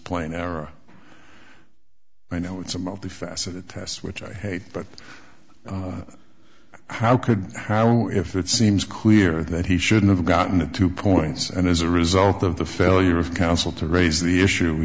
plain error i know it's a multi faceted test which i hate but how could how if it seems clear that he shouldn't have gotten the two points and as a result of the failure of counsel to raise the issue